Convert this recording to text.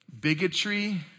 Bigotry